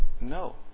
no